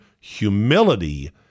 humility